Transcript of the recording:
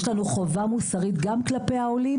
יש לנו חובה מוסרית גם כלפי העולים